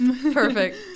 perfect